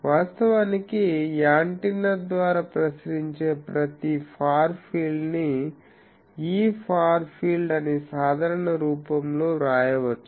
వాస్తవానికి యాంటెన్నా ద్వారా ప్రసరించే ప్రతి ఫార్ ఫీల్డ్ ని E far field అని సాధారణ రూపంలో వ్రాయవచ్చు